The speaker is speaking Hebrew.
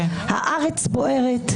הארץ בוערת.